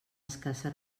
escassa